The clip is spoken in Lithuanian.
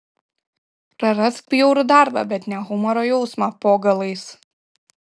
prarask bjaurų darbą bet ne humoro jausmą po galais